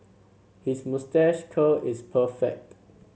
his moustache curl is perfect